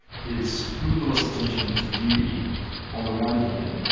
his scrupulous attention to duty on the one hand.